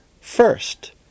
first